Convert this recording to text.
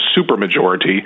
supermajority